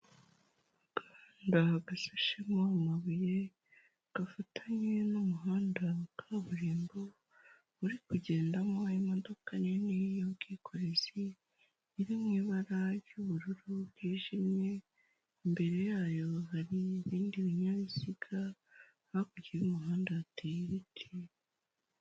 Aganda gasashemo amabuye, gafatanye n'umuhanda wa kaburimbo, uri kugendamo imodoka nini y'ubwikorezi, iri mu ibara ry'ubururu bwijimye, imbere yayo hari ibindi binyabiziga, hakurya y'umuhanda hateye ibiti.